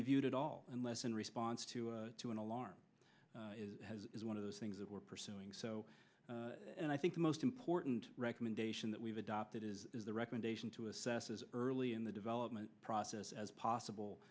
be viewed at all unless in response to to an alarm is one of those things that we're pursuing so i think the most important recommendation that we've adopted is the recommendation to assess as early in the development process as possible